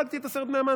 הרגתי את עשרת בני המן,